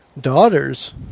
Daughters